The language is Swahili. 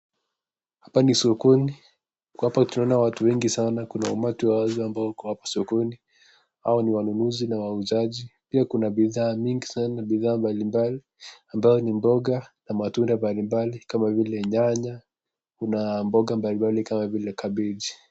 Hapa ni sokoni. Hapa tunaona watu wengi sana, kuna umati wa wazi ambao wako hapa sokoni. Hao ni wanunuzi na wauzaji. Pia kuna bidhaa mingi sana, bidhaa mbalimbali, ambayo ni mboga na matunda mbalimbali kama vile nyanya, kuna mboga mbalimbali kama vile kabeji.